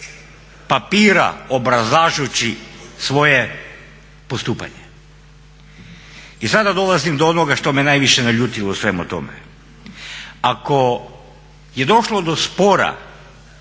papira obrazlažući svoje postupanje. I sada dolazim do onoga što me najviše naljutilo u svemu tome. Ako je došlo do spora